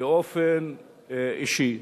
באופן אישי,